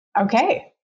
Okay